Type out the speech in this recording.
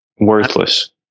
Worthless